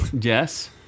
Yes